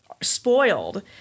spoiled